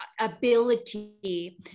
ability